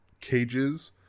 cages